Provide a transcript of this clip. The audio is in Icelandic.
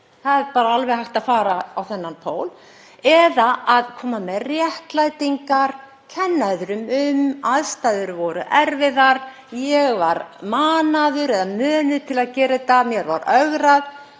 Það er alveg hægt að bregðast þannig við eða koma með réttlætingar, kenna öðrum um: Aðstæður voru erfiðar. Ég var manaður eða mönuð til að gera þetta, mér var ögrað.